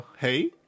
hey